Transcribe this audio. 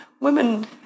women